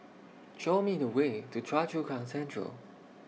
Show Me The Way to Choa Chu Kang Central